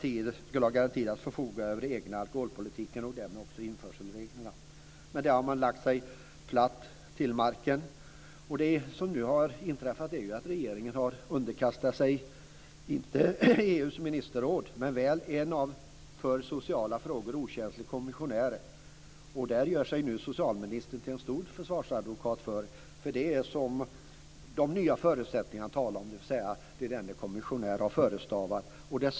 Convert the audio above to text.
Sverige skulle ha garanterats att få förfoga över den egna politiken och därmed också införselreglerna. Men här har man lagt sig platt till marken. Det som nu har inträffat är att regeringen har underkastat sig - inte EU:s ministerråd men väl en för sociala frågor okänslig kommissionär som socialministern nu gör sig till stor försvarsadvokat för - de nya förutsättningarna, dvs. det som denne kommissionär har förestavat.